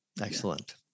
Excellent